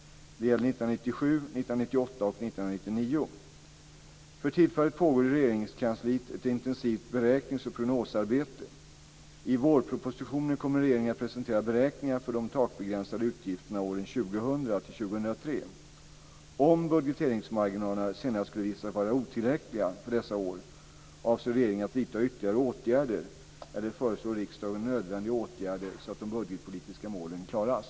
Det gäller 1997, 1998 och 1999. För tillfället pågår i Regeringskansliet ett intensivt beräknings och prognosarbete. I vårpropositionen kommer regeringen att presentera beräkningar för de takbegränsade utgifterna åren 2000-2003. Om budgeteringsmarginalerna senare skulle visa sig vara otillräckliga för dessa år avser regeringen att vidta ytterligare åtgärder eller föreslå riksdagen nödvändiga åtgärder så att de budgetpolitiska målen klaras.